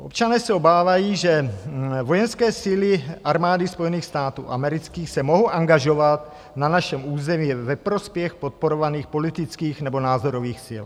Občané se obávají, že vojenské síly Armády Spojených států amerických se mohou angažovat na našem území ve prospěch podporovaných politických nebo názorových sil.